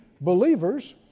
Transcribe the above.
believers